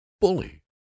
bully